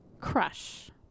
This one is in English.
crush